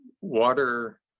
water